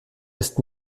ist